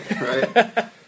right